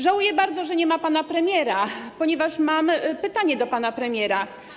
Żałuję bardzo, że nie ma pana premiera, ponieważ mam pytanie do pana premiera.